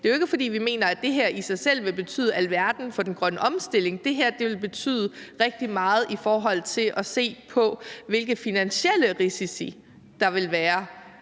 Det er jo ikke, fordi vi mener, at det her i sig selv vil betyde alverden for den grønne omstilling, men det her vil betyde rigtig meget i forhold til at se på, hvilke finansielle risici der vil være